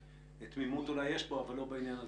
אז תמימות אולי יש פה אבל לא בעניין הזה.